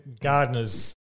gardeners